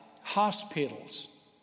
hospitals